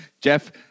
Jeff